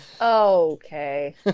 okay